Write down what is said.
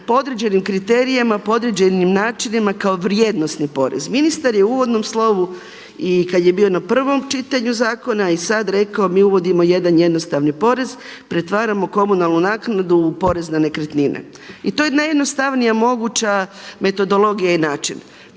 određenim kriterijima, po određenim načinima kao vrijednosni porez. Ministar je u uvodnom slovu i kada je bio na prvom čitanju zakona i sada rekao mi uvodimo jedan jednostavni porez, pretvaramo komunalnu naknadu u porez na nekretnine. I to je najjednostavnija moguća metodologija i način.